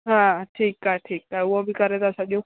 हा ठीकु आहे ठीकु आहे उहे बि करे था छॾियूं